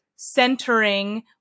centering